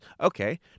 Okay